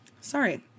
Sorry